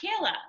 Kayla